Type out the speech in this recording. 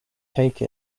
take